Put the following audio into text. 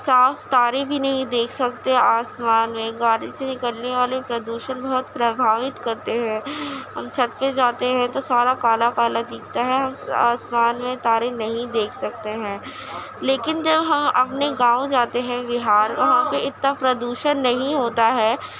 صاف تارے بھی نہیں دیکھ سکتے آسمان میں گاڑی سے نکلنے والے پردوشن بہت پرابھاوت کرتے ہیں ہم چھت پہ جاتے ہیں تو سارا کالا کالا دکھتا ہے ہم آسمان میں تارے نہیں دیکھ سکتے ہیں لیکن جب ہم اپنے گاؤں جاتے ہیں بہار وہاں پہ اتنا پردوشن نہیں ہوتا ہے